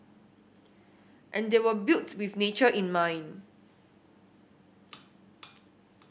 and they were built with nature in mind